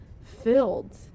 filled